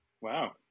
Wow